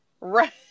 right